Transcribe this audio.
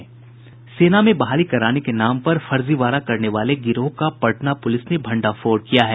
सेना में बहाली कराने के नाम पर फर्जीवाड़ा करने वाले गिरोह का पटना प्रलिस ने भंडाफोड़ किया है